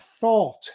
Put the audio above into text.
thought